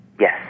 yes